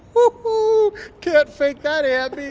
woohoo can't fake that happy.